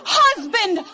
husband